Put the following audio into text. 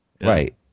Right